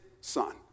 son